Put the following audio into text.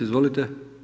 Izvolite.